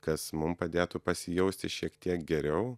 kas mum padėtų pasijausti šiek tiek geriau